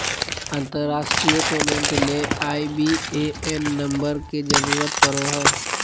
अंतरराष्ट्रीय पेमेंट ले IBAN number के जरूरत पड़ो हय